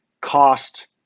cost